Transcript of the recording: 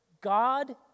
God